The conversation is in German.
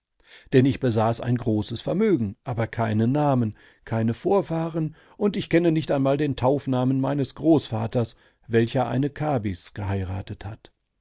denn ich besaß ein großes vermögen aber keinen namen keine vorfahren und ich kenne nicht einmal den taufnamen meines großvaters welcher eine kabis geheiratet hat